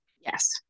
Yes